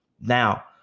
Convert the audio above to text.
now